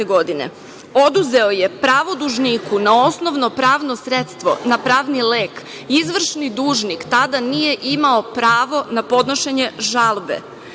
oduzeo je pravo dužniku na osnovno pravno sredstvo, na pravni lek. Izvršni dužnik tada nije imao pravo na podnošenje žalbe.